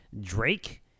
Drake